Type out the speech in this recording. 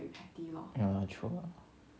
ya lah true ah